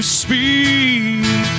speak